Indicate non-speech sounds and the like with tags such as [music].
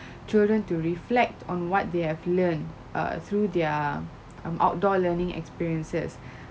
[breath] children to reflect on what they have learnt err through their um outdoor learning experiences [breath]